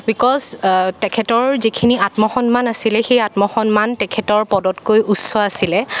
because তেখেতৰ যিখিনি আত্মসন্মান আছিলে সেই আত্মসন্মান তেখেতৰ পদতকৈ উচ্চ আছিলে